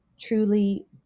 Truly